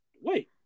Wait